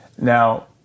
Now